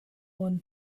won